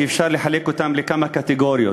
שאפשר לחלק אותן לכמה קטגוריות: